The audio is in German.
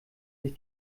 sich